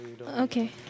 Okay